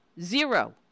zero